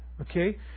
okay